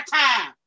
time